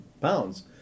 pounds